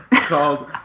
called